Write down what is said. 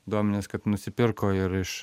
duomenis kad nusipirko ir iš